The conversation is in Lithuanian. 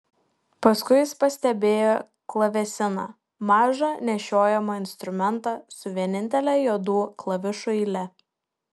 paskui jis pastebėjo klavesiną mažą nešiojamą instrumentą su vienintele juodų klavišų eile